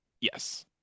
Yes